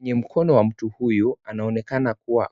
Ni mkono wa mtu huyu anaonekana kuwa